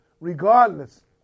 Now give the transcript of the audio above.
regardless